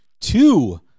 two